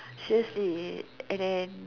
seriously and then